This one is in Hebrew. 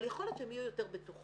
אבל יכול להיות שהן יהיו יותר בטוחות,